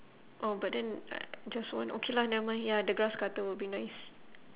oh but then uh just one okay lah nevermind ya the grass cutter would be nice